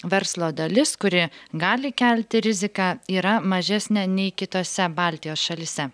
verslo dalis kuri gali kelti riziką yra mažesnė nei kitose baltijos šalyse